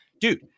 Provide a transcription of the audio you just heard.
Dude